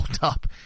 up